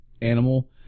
animal